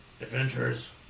adventures